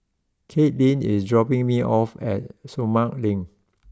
Katelynn is dropping me off at Sumang Link